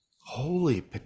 Holy